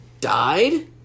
died